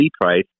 price